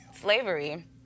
slavery